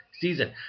season